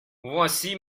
voici